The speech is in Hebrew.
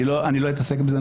אני לא אתעסק בזה.